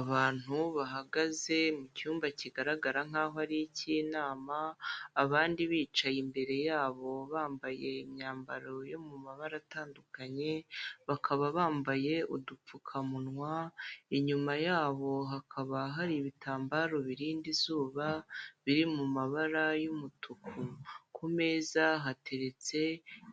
Abantu bahagaze mu cyumba kigaragara nk'aho ari ik'inama abandi bicaye imbere yabo bambaye imyambaro yo mu mabara atandukanye, bakaba bambaye udupfukamunwa inyuma yabo hakaba hari ibitambaro birinda izuba biri mu mabara y'umutuku, ku meza hateretse